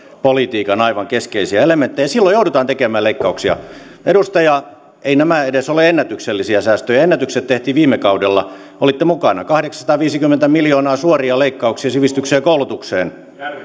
politiikan aivan keskeisiä elementtejä ja silloin joudutaan tekemään leikkauksia edustaja eivät nämä edes ole ennätyksellisiä säästöjä ennätykset tehtiin viime kaudella olitte mukana kahdeksansataaviisikymmentä miljoonaa suoria leikkauksia sivistykseen ja koulutukseen